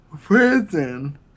prison